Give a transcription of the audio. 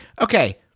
Okay